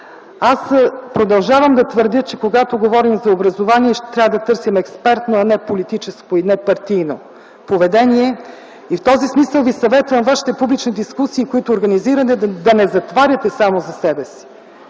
Аз продължавам да твърдя, че когато говорим за образование, ще трябва да търсим експертно, а не политическо и не партийно поведение. В този смисъл ви съветвам вашите публични дискусии, които организирате, да не затваряте само за себе си.